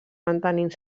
mantenint